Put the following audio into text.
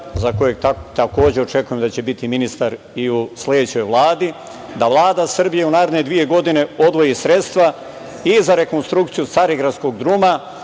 za kojeg takođe očekujem da će biti ministar i u sledećoj Vladi, da Vlada Srbije u naredne dve godine odvoji sredstva i za rekonstrukciju Carigradskog druma,